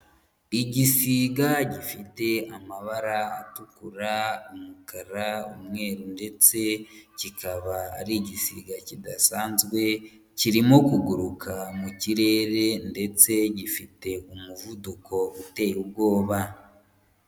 Igisiga gifite amabara atukura, umukara, umweru, ndetse kikaba ari igisiga kidasanzwe, kirimo kuguruka mu kirere ndetse gifite umuvuduko uteye ubwoba.